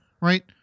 Right